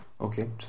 okay